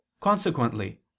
Consequently